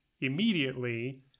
immediately